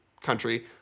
country